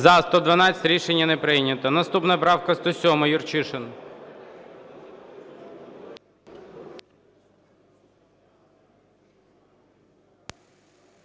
За-112 Рішення не прийнято. Наступна правка 107, Юрчишин.